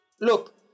look